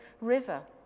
river